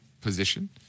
position